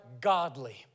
godly